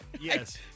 Yes